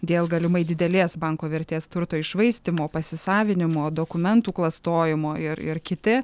dėl galimai didelės banko vertės turto iššvaistymo pasisavinimo dokumentų klastojimo ir ir kiti